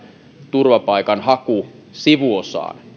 turvapaikanhaku sivuosaan